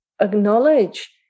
acknowledge